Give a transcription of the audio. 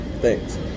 thanks